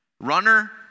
Runner